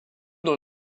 dans